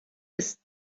ist